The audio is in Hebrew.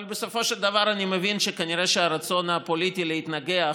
אבל בסופו של דבר אני מבין שכנראה הרצון הפוליטי להתנגח